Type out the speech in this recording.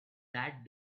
that